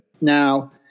Now